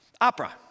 opera